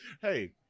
Hey